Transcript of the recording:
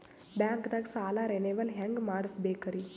ಬ್ಯಾಂಕ್ದಾಗ ಸಾಲ ರೇನೆವಲ್ ಹೆಂಗ್ ಮಾಡ್ಸಬೇಕರಿ?